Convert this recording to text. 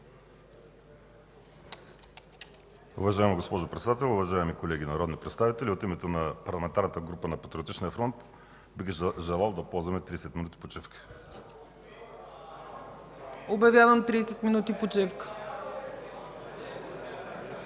Обявявам 30 минути почивка.